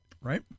Right